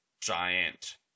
giant